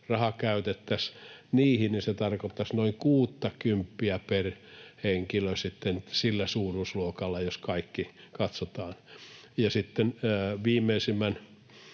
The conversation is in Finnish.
raha käytettäisiin niihin, niin se tarkoittaisi noin kuuttakymppiä per henkilö, sitä suuruusluokkaa, jos kaikki katsotaan. Viimeisimmän